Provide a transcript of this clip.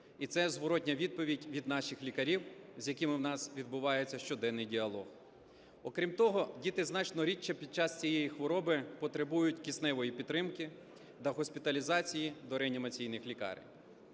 І це зворотна відповідь від наших лікарів, з якими у нас відбувається щоденний діалог. Окрім того, діти значно рідше під час цієї хвороби потребують кисневої підтримки та госпіталізації до реанімаційних лікарень.